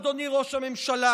אדוני ראש הממשלה,